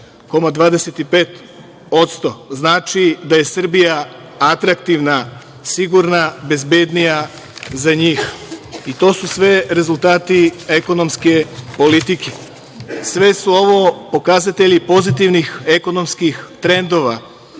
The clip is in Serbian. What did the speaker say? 1,25% znači da je Srbija atraktivna, sigurna, bezbednija za njih. To su sve rezultati ekonomske politike. Sve su ovo pokazatelji pozitivnih ekonomskih trendova